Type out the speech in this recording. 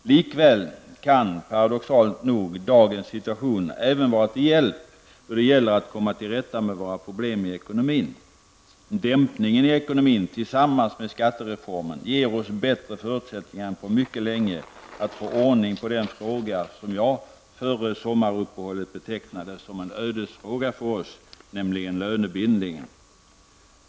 Likväl kan -- paradoxalt nog -- dagens situation även vara till hjälp då det gäller att komma till rätta med våra problem i ekonomin. Dämpningen i ekonomin tillsammans med skattereformen ger oss bättre förutsättningar än på mycket länge att få ordning på den fråga som jag före sommar-uppehållet betecknade som en ödesfråga för oss, nämligen lönebildningen.